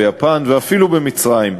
ביפן ואפילו במצרים.